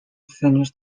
finish